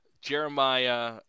Jeremiah